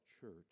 church